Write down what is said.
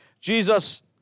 Jesus